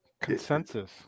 Consensus